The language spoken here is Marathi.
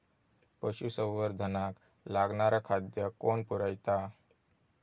पशुसंवर्धनाक लागणारा खादय कोण पुरयता?